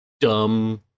dumb